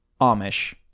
Amish